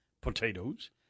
potatoes